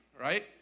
Right